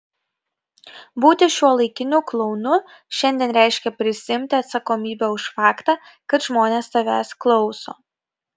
būti šiuolaikiniu klounu šiandien reiškia prisiimti atsakomybę už faktą kad žmonės tavęs klauso